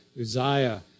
Uzziah